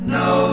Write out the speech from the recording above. no